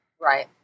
Right